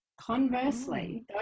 Conversely